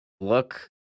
look